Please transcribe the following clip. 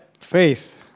Faith